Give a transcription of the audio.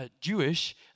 Jewish